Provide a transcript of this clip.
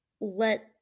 let